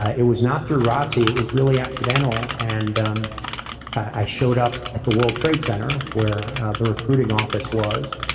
ah it was not through razzi, it was really accidental. and um i showed up at the world trade center where the recruiting office was,